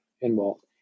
involved